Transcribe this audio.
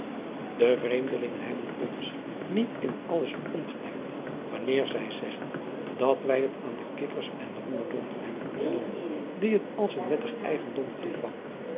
de vreemdelingen hebben ons niet in alles verongelijkt wanneer zij zeggen dat wij het aan de kikkers en roerdompen hebben ontnomen die het als een wettig eigendom toekwam